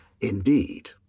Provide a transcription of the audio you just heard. indeed